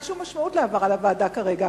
אין שום משמעות להעברה לוועדה כרגע,